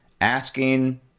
asking